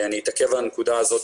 אני אתעכב על הנקודה הזו.